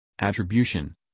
attribution